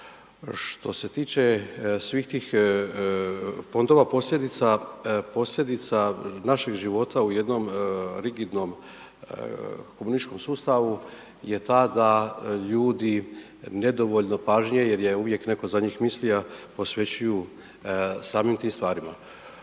Što se tiče svih tih fondova, posljedica naših života u jednom rigidnom komunističkom sustavu je ta da ljudi nedovoljno pažnje jer je uvijek netko za njih mislio, posvećuju samim tim stvarima.